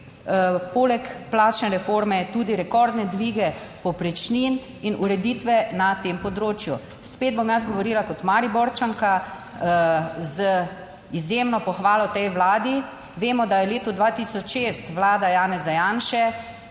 poleg plačne reforme tudi rekordne dvige povprečnin in ureditve na tem področju. Spet bom jaz govorila kot Mariborčanka z izjemno pohvalo tej Vladi; vemo, da je v letu 2006 Vlada Janeza Janše